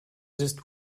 ist